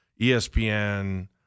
ESPN